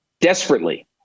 Desperately